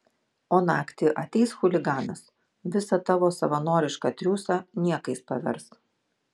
o naktį ateis chuliganas visą tavo savanorišką triūsą niekais pavers